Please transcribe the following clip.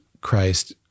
Christ